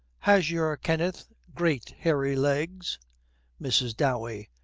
has your kenneth great hairy legs mrs. dowey.